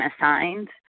assigned